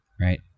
Right